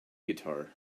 guitar